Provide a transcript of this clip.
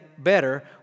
better